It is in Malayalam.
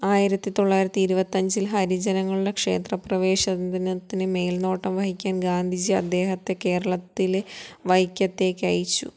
ആയിരത്തി തൊള്ളായയിരത്തി ഇരുപത്തഞ്ചിൽ ഹരിജനങ്ങളുടെ ക്ഷേത്രപ്രവേശനത്തിന് മേൽനോട്ടം വഹിക്കാൻ ഗാന്ധിജി അദ്ദേഹത്തെ കേരളത്തിലെ വൈക്കത്തേക്കയച്ചു